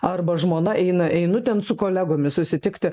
arba žmona eina einu ten su kolegomis susitikti